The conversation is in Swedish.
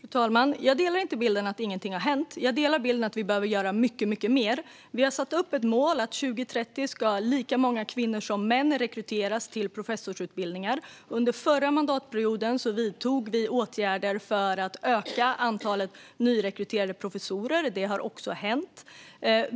Fru talman! Jag delar inte bilden att ingenting har hänt. Jag delar bilden att vi behöver göra mycket mer. Vi har satt upp ett mål att 2030 ska lika många kvinnor som män rekryteras till professorsutbildningar. Under förra mandatperioden vidtog vi åtgärder för att öka antalet nyrekryterade professorer. Det har också ökat.